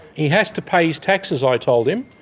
he has to pay his taxes, i told him,